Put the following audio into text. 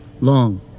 Long